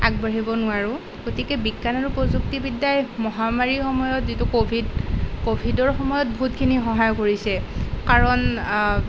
আগবাঢ়িব নোৱাৰোঁ গতিকে বিজ্ঞান আৰু প্ৰযুক্তিবিদ্যাই মহামাৰীৰ সময়ত যিটো ক'ভিড ক'ভিডৰ সময়ত বহুতখিনি সহায় কৰিছে কাৰণ